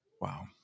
Wow